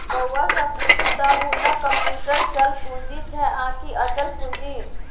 बौआ सँ पुछू त हुनक कम्युटर चल पूंजी छै आकि अचल पूंजी